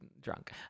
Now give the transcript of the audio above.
drunk